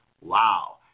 wow